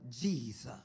Jesus